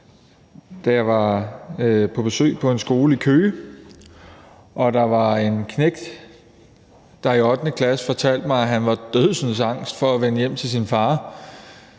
da jeg var på besøg på en skole i Køge, og der var en knægt i 8. klasse, der fortalte mig, at han var dødsensangst for at vende hjem til sin far,